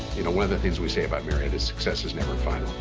you know one of the things we say about marriott is success is never final.